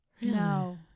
No